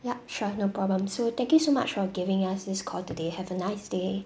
yup sure no problem so thank you so much for giving us this call today have a nice day